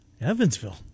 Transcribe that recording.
Evansville